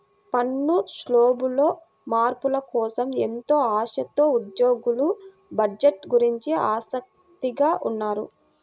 పన్ను శ్లాబుల్లో మార్పుల కోసం ఎంతో ఆశతో ఉద్యోగులు బడ్జెట్ గురించి ఆసక్తిగా ఉన్నారు